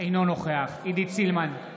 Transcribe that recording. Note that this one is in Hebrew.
אינו נוכח עידית סילמן,